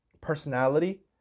personality